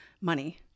money